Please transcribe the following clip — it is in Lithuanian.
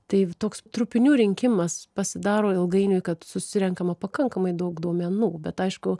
tai toks trupinių rinkimas pasidaro ilgainiui kad susirenkama pakankamai daug duomenų bet aišku